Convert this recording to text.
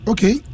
Okay